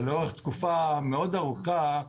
לאורך תקופה מאוד ארוכה.